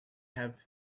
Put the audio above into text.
have